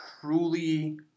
truly